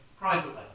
privately